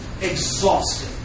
exhausted